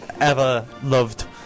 ever-loved